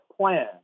plan